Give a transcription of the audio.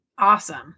Awesome